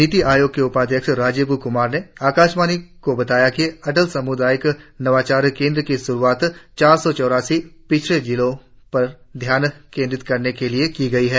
नीति आयोग के उपाध्यक्ष राजीव कुमार ने आकाशवाणी को बताया कि अटल सामुदायिक नवाचार केंद्र की शुरुआत चार सौ चौरासी पिछड़े जिलों पर धाय्न केंद्रित करने के लिए की गई है